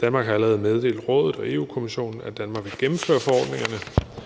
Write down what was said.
Danmark har allerede meddelt Rådet og Europa-Kommissionen, at Danmark har gennemført forordningerne,